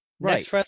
Right